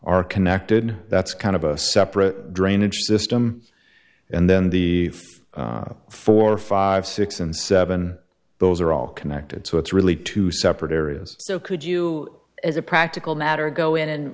are connected that's kind of a separate drainage system and then the four five six and seven those are all connected so it's really two separate areas so could you as a practical matter go in and